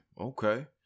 okay